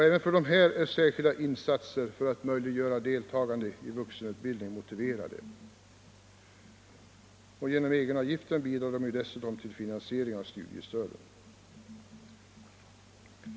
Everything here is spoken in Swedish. Även för dessa är särskilda insatser för att möjliggöra deltagande i vuxenutbildning motiverade. Genom egenavgiften bidrar de dessutom till finansieringen av studiestöden.